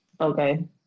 Okay